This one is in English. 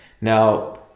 Now